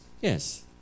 Yes